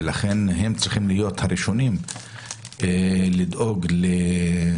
ולכן הם צריכים להיות הראשונים לדאוג לבריאותם,